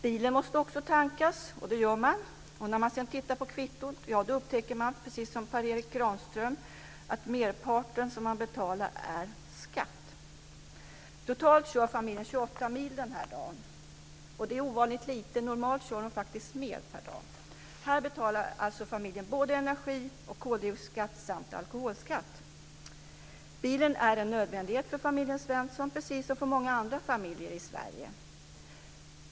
Bilen måste också tankas, och när de senare tittar på kvittot upptäcker de - precis som Per Erik Granström - att merparten som de betalar är skatt. Totalt kör familjen 28 mil den här dagen. Det är ovanligt lite. Normalt kör de mer per dag. Familjen betalar alltså både energi och koldioxidskatt samt alkoholskatt. Bilen är en nödvändighet för familjen Svensson, precis som för många andra familjer i Sverige.